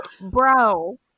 bro